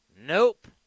Nope